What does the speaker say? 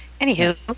Anywho